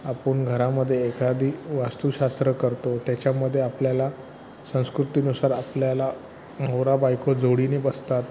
आपण घरामध्ये एखादी वास्तुशास्त्र करतो त्याच्यामध्ये आपल्याला संस्कृतीनुसार आपल्याला नवरा बायको जोडीने बसतात